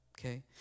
okay